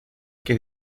que